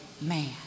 man